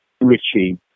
Richie